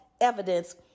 evidence